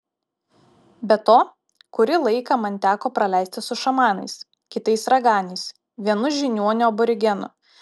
be to kurį laiką man teko praleisti su šamanais kitais raganiais vienu žiniuoniu aborigenu